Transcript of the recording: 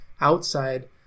outside